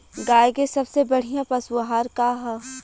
गाय के सबसे बढ़िया पशु आहार का ह?